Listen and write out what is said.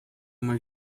uma